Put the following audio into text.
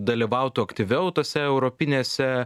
dalyvautų aktyviau tose europinėse